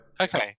Okay